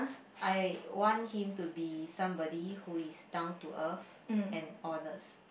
I want him to be somebody who is down to earth and honest